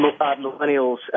millennials